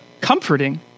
comforting